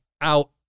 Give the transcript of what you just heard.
out